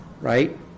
right